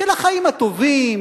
של החיים הטובים,